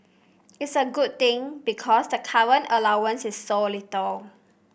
it's a good thing because the current allowance is so little